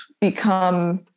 become